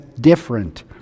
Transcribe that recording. different